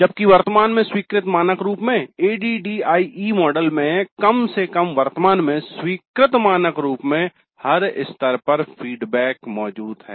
जबकि वर्तमान में स्वीकृत मानक रूप में एडीडीआईई मॉडल में कम से कम वर्तमान में स्वीकृत मानक रूप में हर स्तर पर फीडबैक है